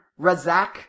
Razak